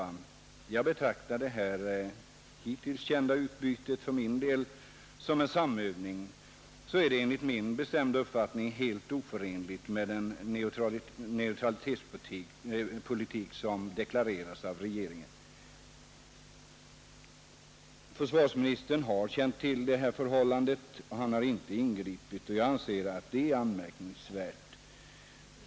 För min del betraktar jag det hittills kända utbytet som en samövning, och då är det enligt min bestämda uppfattning helt oförenligt med den neutralitetspolitik som deklarerats av regeringen. Försvarsministern har känt till det här förhållandet. Han har inte ingripit, och jag anser att det är anmärkningsvärt.